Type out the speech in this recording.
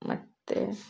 ಮತ್ತು